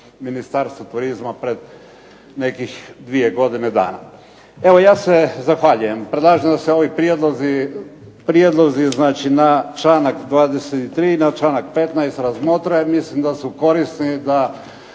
Ministarstvo turizma pred nekih dvije, godine dana. Evo ja se zahvaljujem. Predlažem da se ovi prijedlozi na članak 23., na članak 15. razmotre, jer mislim da su korisni